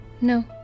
No